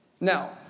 Now